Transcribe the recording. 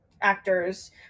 actors